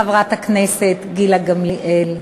חברת הכנסת גילה גמליאל: